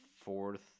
fourth